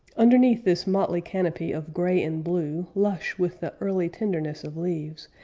underneath this motley canopy of gray and blue, lush with the early tenderness of leaves,